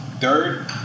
third